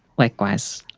likewise,